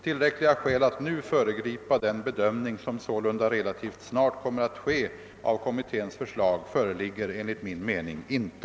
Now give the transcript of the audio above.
Tillräckliga skäl att nu föregripa den bedömning som sålunda relativt snart kommer att ske av kommitténs förslag föreligger enligt min mening inte.